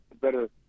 better